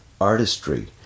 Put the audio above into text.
artistry